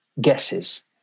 guesses